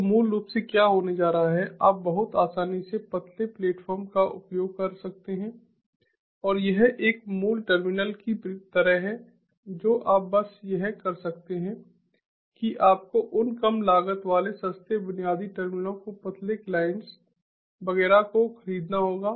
तो मूल रूप से क्या होने जा रहा है आप बहुत आसानी से पतले प्लेटफार्मों का उपयोग कर सकते हैं और यह एक मूल टर्मिनल की तरह है जो आप बस यह कर सकते हैं कि आपको उन कम लागत वाले सस्ते बुनियादी टर्मिनलों को पतले क्लाइंट्स वगैरह को खरीदना होगा